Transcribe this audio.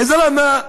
יא זלמה,